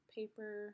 paper